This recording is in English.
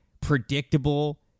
predictable